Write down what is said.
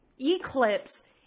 eclipse